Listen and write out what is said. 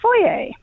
foyer